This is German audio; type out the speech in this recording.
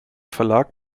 verlag